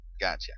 Gotcha